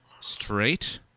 straight